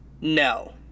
No